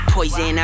Poison